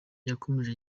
yakomeje